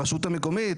הרשות המקומית,